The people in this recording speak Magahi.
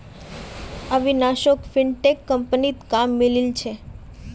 अविनाशोक फिनटेक कंपनीत काम मिलील छ